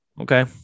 Okay